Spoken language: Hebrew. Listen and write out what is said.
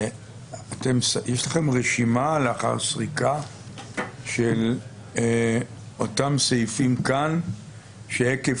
יש לכם רשימה לאחר סריקה של אותם סעיפים כאן שעקב